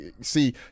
see